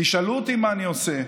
תשאלו אותי מה אני עושה,